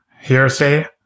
Hearsay